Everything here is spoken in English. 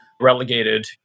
relegated